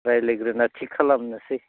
रायज्लायग्रोना थिक खालामनोसै